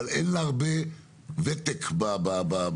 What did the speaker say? אבל אין לה הרבה ותק במציאות.